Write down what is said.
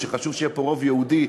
שחשוב שיהיה פה רוב יהודי,